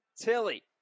Tilly